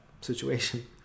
situation